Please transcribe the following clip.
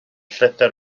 llythyr